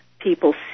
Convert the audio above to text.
People